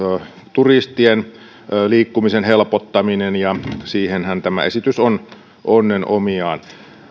turistien liikkumisen helpottaminen ja siihenhän tämä esitys on onnen omiaan